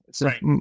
Right